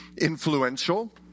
influential